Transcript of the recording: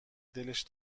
دلش